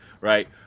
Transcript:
Right